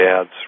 ads